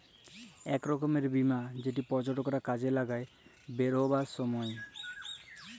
ইক রকমের বীমা যেট পর্যটকরা কাজে লাগায় বেইরহাবার ছময়